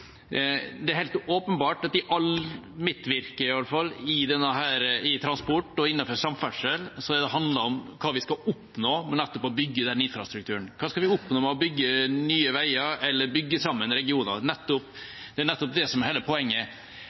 det er helt åpenbart at i alt mitt virke innenfor transport og samferdsel, har det handlet om hva vi skal oppnå med å bygge denne infrastrukturen. Hva skal vi oppnå ved å bygge nye veier eller bygge sammen regioner? – Det er nettopp det som er hele poenget.